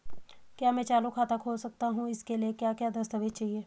क्या मैं चालू खाता खोल सकता हूँ इसके लिए क्या क्या दस्तावेज़ चाहिए?